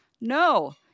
no